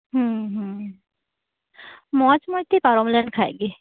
ᱦᱩᱸᱼᱦᱩᱸ ᱢᱚᱪ ᱢᱚᱪᱛᱮ ᱯᱟᱨᱚᱢ ᱞᱮᱱᱠᱷᱟᱡᱜᱤ